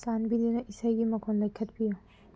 ꯆꯥꯟꯕꯤꯗꯨꯅ ꯏꯁꯩꯒꯤ ꯃꯈꯣꯜ ꯂꯩꯈꯠꯄꯤꯌꯨ